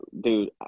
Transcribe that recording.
dude